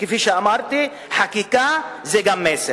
כפי שאמרתי, חקיקה זה גם מסר.